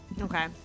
Okay